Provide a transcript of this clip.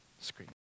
Screen